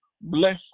bless